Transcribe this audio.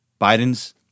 Biden's